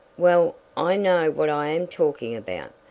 well, i know what i am talking about.